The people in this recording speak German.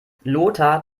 lothar